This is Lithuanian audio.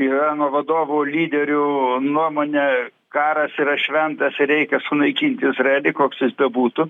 irano vadovų lyderių nuomone karas yra šventas ir reikia sunaikint izraelį koks jis bebūtų